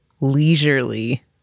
leisurely